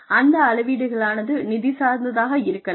அந்த அளவீடுகளானது நிதி சார்ந்ததாக இருக்கலாம்